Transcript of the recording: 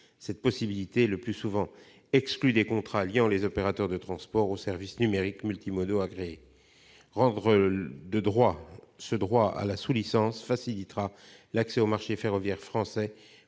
cette possibilité est le plus souvent exclue des contrats liant les opérateurs de transport aux services numériques multimodaux agréés. La rendre de droit facilitera l'accès au marché ferroviaire français